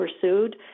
pursued